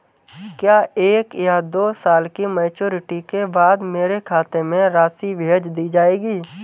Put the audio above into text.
क्या एक या दो साल की मैच्योरिटी के बाद मेरे खाते में राशि भेज दी जाएगी?